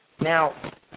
Now